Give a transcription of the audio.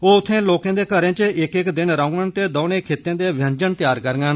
ओह् उत्थे लोकें दे घरें च इक इक दिन रौह्डन ते दौनें खित्तें दे व्यंजन तैयार करडन